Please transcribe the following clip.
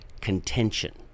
contention